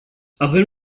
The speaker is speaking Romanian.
avem